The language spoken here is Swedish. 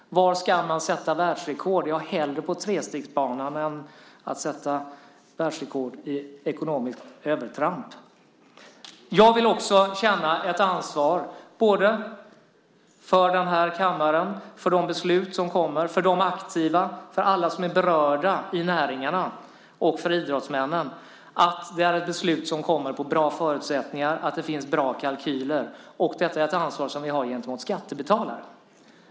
Var ska man sätta världsrekord? Ja, hellre sätta världsrekord på trestegsbanan än att sätta världsrekord i ekonomiskt övertramp. Jag vill också känna ett ansvar för denna kammare och de beslut som kommer och för de aktiva och alla berörda i näringarna liksom för idrottsmännen när det gäller att det beslut som kommer får bra förutsättningar och att det finns goda kalkyler. Detta är ett ansvar som vi har gentemot skattebetalarna.